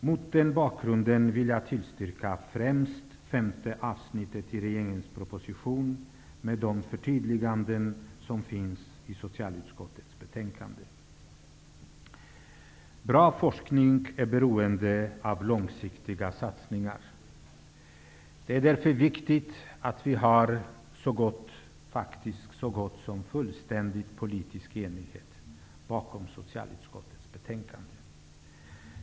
Mot den bakgrunden vill jag tillstyrka främst femte avsnittet i regeringens proposition, med de förtydliganden som finns i socialutskottets betänkande. Bra forskning är beroende av långsiktiga satsningar. Det är därför viktigt att vi har så gott som fullständig politisk enighet bakom socialutskottets betänkande.